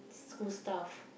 school stuff